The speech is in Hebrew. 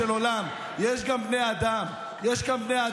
וגם לבני אדם.